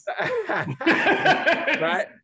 Right